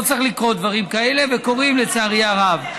לא צריכים לקרות דברים כאלה, וקורים, לצערי הרב.